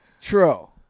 True